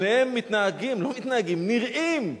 שניהם מתנהגים, לא מתנהגים, נראים,